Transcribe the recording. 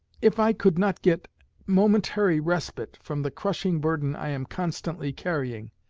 if i could not get momentary respite from the crushing burden i am constantly carrying,